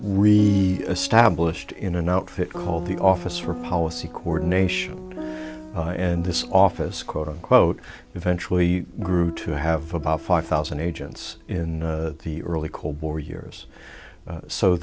really established in an outfit called the office for policy coordination and this office quote unquote eventually grew to have about five thousand agents in the early cold war years